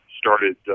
started